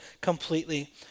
completely